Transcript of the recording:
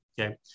Okay